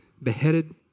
beheaded